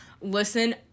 listen